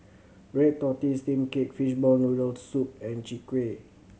red tortoise steamed cake fishball noodle soup and Chwee Kueh